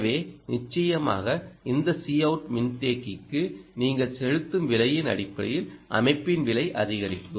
எனவே நிச்சயமாக இந்த Coutமின்தேக்கிக்கு நீங்கள் செலுத்தும் விலையின் அடிப்படையில் அமைப்பின் விலை அதிகரிக்கும்